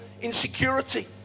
insecurity